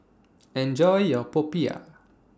Enjoy your Popiah